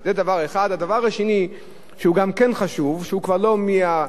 שהוא כבר לא מהחלק האזרחי-החברתי אלא מהחלק המוסדי-הציבורי,